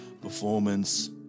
performance